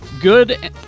Good